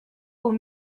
aux